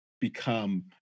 become